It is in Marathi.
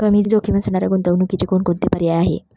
कमी जोखीम असणाऱ्या गुंतवणुकीचे कोणकोणते पर्याय आहे?